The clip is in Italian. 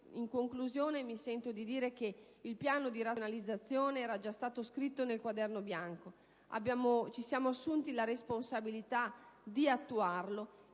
In conclusione, mi sento di dire che il piano di razionalizzazione era già stato scritto nel Quaderno bianco. Ci siamo assunti la responsabilità di attuarlo.